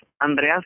Andrea's